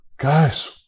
guys